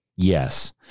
Yes